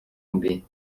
lubi